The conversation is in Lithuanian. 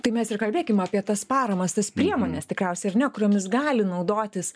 tai mes ir kalbėkim apie tas paramas tas priemones tikriausiai ar ne kuriomis gali naudotis